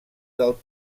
del